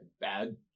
bad